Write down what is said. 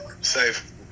Safe